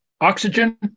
oxygen